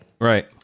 Right